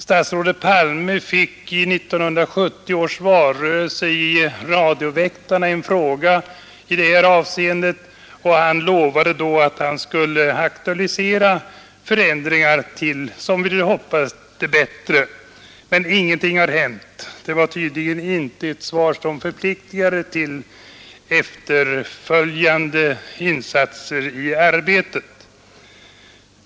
Statsrådet Palme fick under 1970 års valrörelse i radions väktarpro 153 gram en fråga i denna sak, och han lovade då att han skulle aktualisera förändringar till, som vi väl hoppades, det bättre. Men ingenting har hänt. Det var tydligen inte ett svar som förpliktigade till kommande insatser.